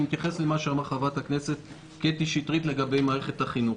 אני מתייחס אל מה שאמרה חברת הכנסת קטי שטרית לגבי מערכת החינוך.